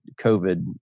COVID